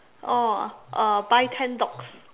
oh uh buy ten dogs